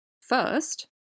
First